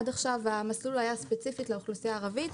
עד עכשיו המסלול היה ספציפית לאוכלוסיה הערבית,